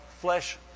flesh